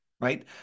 right